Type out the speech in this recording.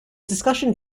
discussion